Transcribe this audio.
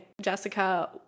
Jessica